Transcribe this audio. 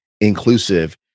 inclusive